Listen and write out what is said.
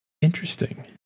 Interesting